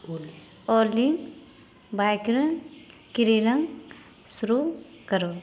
ओली cleaner शुरू करू